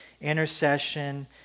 intercession